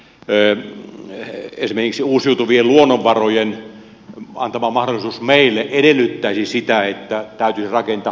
esimerkiksi uusiutuvien luonnonvarojen antama mahdollisuus meille edellyttäisi sitä että täytyisi rakentaa hajautettua yhteiskuntaa